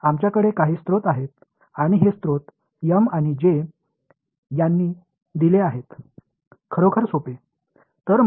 நம்மிடம் சில ஆதாரங்கள் உள்ளன என்று சொல்லலாம் இந்த ஆதாரங்கள் M மற்றும் J ஆல் வழங்கப்படுகின்றன